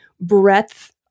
breadth